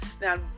Now